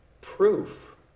proof